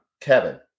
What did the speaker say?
Kevin